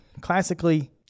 classically